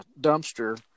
dumpster